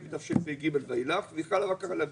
על תשפ"ג ואילך והיא חלה רק על הרשמי.